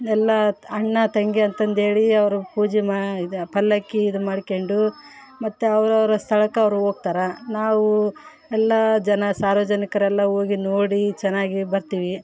ಎಲ್ಲ ಅಣ್ಣ ತಂಗಿ ಅಂತಂದೇಳಿ ಅವ್ರ ಪೂಜೆ ಮಾ ಇದು ಪಲ್ಲಕಿ ಇದನ್ನು ಮಾಡ್ಕೊಂಡು ಮತ್ತು ಅವ್ರವರ ಸ್ಥಳಕ್ಕ ಅವ್ರು ಹೋಗ್ತಾರೆ ನಾವು ಎಲ್ಲ ಜನ ಸಾರ್ವಜನಿಕರೆಲ್ಲ ಹೋಗಿ ನೋಡಿ ಚೆನ್ನಾಗಿ ಬರ್ತೀವಿ